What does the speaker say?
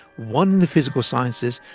one the physical sciences,